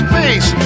Space